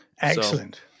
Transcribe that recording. Excellent